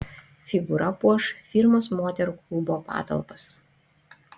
figūra puoš firmos moterų klubo patalpas